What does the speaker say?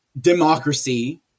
democracy